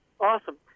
Awesome